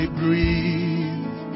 breathe